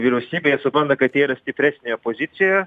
vyriausybėje supranta kad jie yra stipresnėje opozicijoje